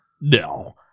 No